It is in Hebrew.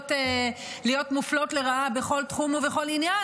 שרגילות להיות מופלות לרעה בכל תחום ובכל עניין,